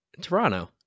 Toronto